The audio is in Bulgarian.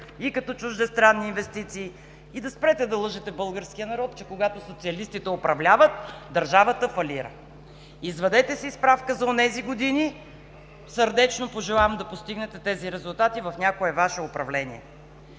и като чуждестранни инвестиции, и да спрете да лъжете българския народ, че когато социалистите управляват, държавата фалира. Извадете си справка за онези години. Сърдечно пожелавам да постигнете тези резултати в някое Ваше управление!